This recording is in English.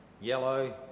yellow